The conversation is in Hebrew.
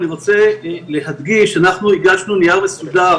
אני רוצה להדגיש שאנחנו הגשנו נייר מסודר